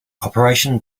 operation